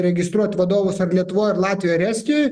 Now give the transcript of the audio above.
registruot vadovus ar lietuvoj ar latvijoj ar estijoj